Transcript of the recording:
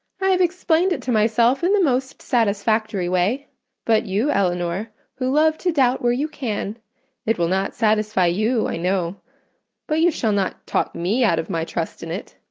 i have explained it to myself in the most satisfactory way but you, elinor, who love to doubt where you can it will not satisfy you, i know but you shall not talk me out of my trust in it.